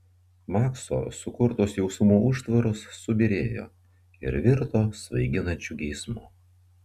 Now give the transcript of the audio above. makso sukurtos jausmų užtvaros subyrėjo ir virto svaiginančiu geismu